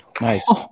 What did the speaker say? Nice